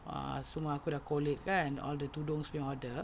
ah semua aku dah collect kan all the tudung punya order